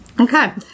Okay